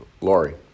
Lori